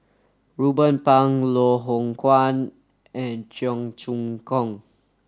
Ruben Pang Loh Hoong Kwan and Cheong Choong Kong